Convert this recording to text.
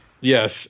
Yes